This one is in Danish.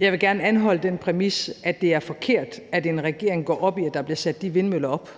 Jeg vil gerne anholde den præmis, at det er forkert, at en regering går op i, at der bliver sat de vindmøller op,